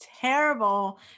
terrible